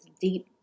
deep